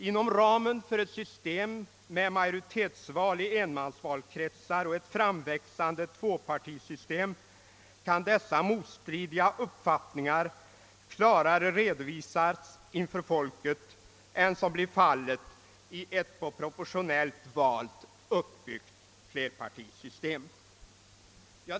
Inom ramen för ett system med majoritetsval i enmansvalkretsar och ett framväxande tvåpartisystem kan ju motstridiga uppfattningar klarare redovisas inför folket än som blir fallet i ett på proportionellt val uppbyggt flerpartisystem.